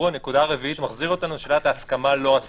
הנקודה הרביעית - זה מחזיר אותנו לשאלת ההסכמה לא הסכמה,